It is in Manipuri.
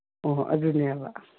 ꯑꯣ ꯑꯗꯨꯅꯦꯕ